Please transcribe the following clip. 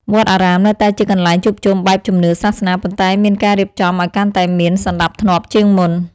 វត្តអារាមនៅតែជាកន្លែងជួបជុំបែបជំនឿសាសនា ប៉ុន្តែមានការរៀបចំឱ្យកាន់តែមានសណ្ដាប់ធ្នាប់ជាងមុន។